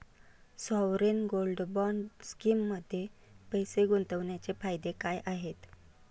Sovereign gold bond स्कीममध्ये पैसे गुंतवण्याचे फायदे काय आहेत?